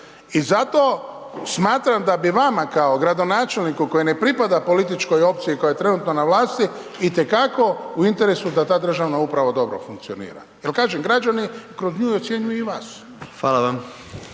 i zato smatram da bi vama kao gradonačelniku koji ne pripada političkoj opciji koja je trenutno na vlasti, itekako u interesu da ta državna uprava dobro funkcionira. Jer kažem, građani kroz nju ocjenjuju i vas.